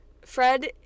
Fred